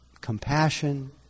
compassion